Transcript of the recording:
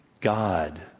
God